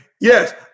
Yes